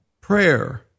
prayer